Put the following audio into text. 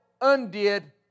undid